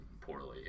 poorly